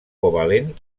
covalent